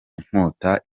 inkota